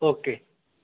okay